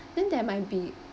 then there might be